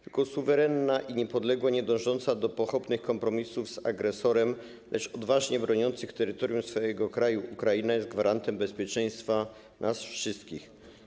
Tylko suwerenna i niepodległa, niedążąca do pochopnych kompromisów z agresorem, lecz odważnie broniąca swojego terytorium Ukraina jest gwarantem bezpieczeństwa nas wszystkich.